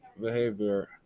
behavior